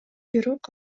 бирок